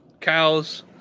cows